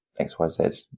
xyz